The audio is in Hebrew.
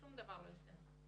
שום דבר לא ישתנה.